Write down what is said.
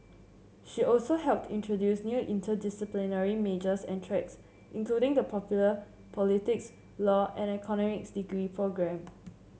she also helped introduce new interdisciplinary majors and tracks including the popular politics law and economics degree programme